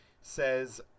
says